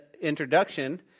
introduction